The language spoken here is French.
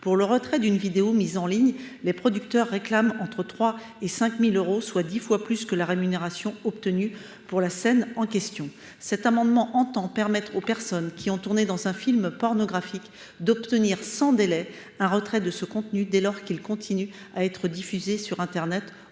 Pour le retrait d’une vidéo mise en ligne, les producteurs réclament entre 3 000 et 5 000 euros, soit dix fois plus que la rémunération perçue pour le tournage du contenu visé. Cet amendement a pour objet de permettre aux personnes qui ont tourné dans un film pornographique d’obtenir sans délai le retrait de ce contenu dès lors qu’il continue d’être diffusé sur internet au delà